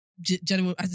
General